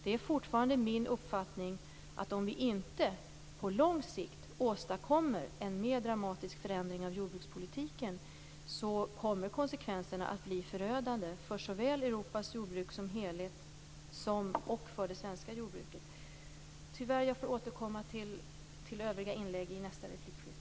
Det är fortfarande min uppfattning att konsekvenserna kommer att bli förödande, såväl för Europas jordbruk som helhet som för det svenska jordbruket, om vi inte på lång sikt åstadkommer en mer dramatisk förändring av jordbrukspolitiken. Jag får återkomma till de övriga inläggen i nästa replikskifte.